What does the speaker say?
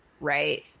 Right